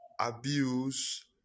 abuse